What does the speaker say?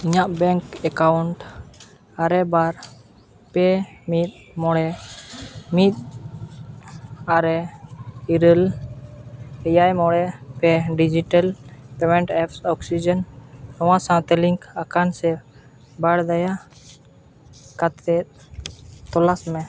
ᱤᱧᱟᱹᱜ bank account ᱟᱨᱮ ᱵᱟᱨ ᱯᱮ ᱢᱤᱫ ᱢᱚᱬᱮ ᱢᱤᱫ ᱟᱨᱮ ᱤᱨᱟᱹᱞ ᱮᱭᱟᱭ ᱢᱚᱬᱮ ᱯᱮ ᱰᱤᱡᱤᱴᱮᱞ ᱯᱮᱢᱮᱱᱴ ᱮᱯ ᱚᱠᱥᱤᱡᱮᱱ ᱱᱚᱣᱟ ᱥᱟᱶᱛᱮ ᱞᱤᱝᱠ ᱟᱠᱟᱱᱟᱥᱮ ᱵᱟᱝ ᱫᱟᱭᱟ ᱠᱟᱛᱮᱫ ᱛᱚᱞᱟᱥᱢᱮ